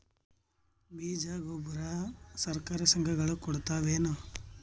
ಬೀಜ ಗೊಬ್ಬರ ಸರಕಾರ, ಸಂಘ ಗಳು ಕೊಡುತಾವೇನು?